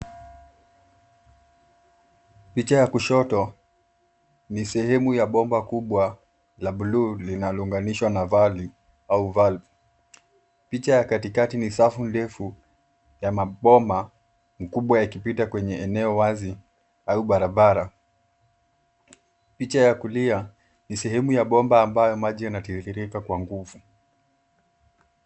Picha ya kushoto ni sehemu ya bomba kubwa la bluu linalo unganishwa na valve picha ya katikati ni safu ndefu ya mabomba makubwa yakipita kwenye eneo wazi au barabara. Picha ya kulia ni sehemu ya bomba ambayo maji yanatiririka kwa nguvu.